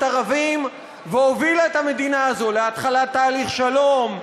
ערבים והובילה את המדינה הזו להתחלת תהליך שלום,